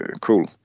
cool